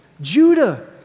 Judah